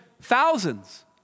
thousands